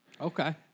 Okay